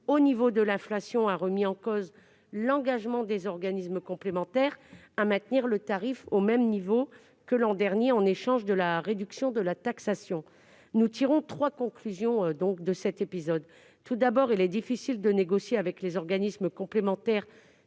au niveau de l'inflation a remis en cause l'engagement pris par les organismes complémentaires de maintenir leurs tarifs au même niveau que l'an dernier, en échange de la réduction de la taxation. Nous tirons trois conclusions de cet épisode. Tout d'abord, il est difficile de négocier avec les organismes complémentaires,